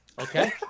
okay